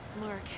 Mark